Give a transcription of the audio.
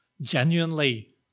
genuinely